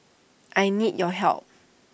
I need your help